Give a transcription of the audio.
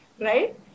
Right